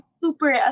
super